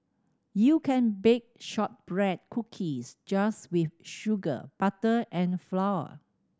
you can bake shortbread cookies just with sugar butter and flour